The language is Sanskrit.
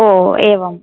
ओ एवं